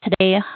today